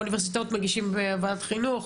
באוניברסיטאות מגישים בוועדת חינוך,